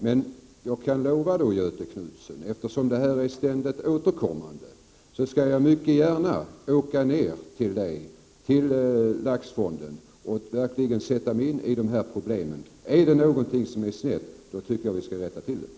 Men jag kan lova Göthe Knutson, eftersom detta är ständigt återkommande, att jag mycket gärna åker ner till honom för att verkligen sätta mig in i problemen för laxfonden. Är det något som är snett anser jag att vi skall göra något åt det.